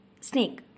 snake